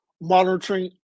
monitoring